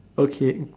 okay